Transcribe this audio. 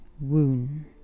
wound